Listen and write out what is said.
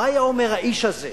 מה היה אומר האיש הזה,